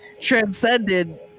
transcended